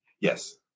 Yes